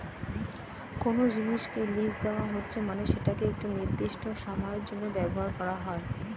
কোনো জিনিসকে লীজ দেওয়া হচ্ছে মানে সেটাকে একটি নির্দিষ্ট সময়ের জন্য ব্যবহার করা